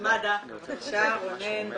מד"א בבקשה, רונן בשארי.